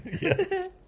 Yes